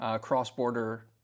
cross-border